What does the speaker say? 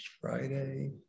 Friday